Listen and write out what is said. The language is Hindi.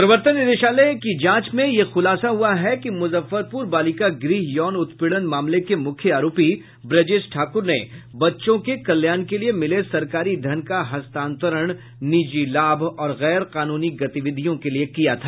प्रवर्तन निदेशालय की जांच में यह खुलासा हुआ है कि मुजफ्फरपुर बालिका गृह यौन उत्पीड़न मामले के मुख्य आरोपी ब्रजेश ठाकुर ने बच्चों के कल्याण के लिए मिले सरकारी धन का हस्तांतरण निजी लाभ और गैर कानूनी गतिविधियों के लिए किया था